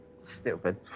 Stupid